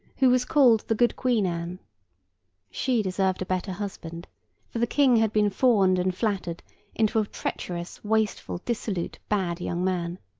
who was called the good queen anne she deserved a better husband for the king had been fawned and flattered into a treacherous, wasteful, dissolute, bad young man.